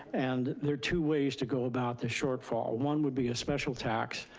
and there are two ways to go about the shortfall. one would be a special tax,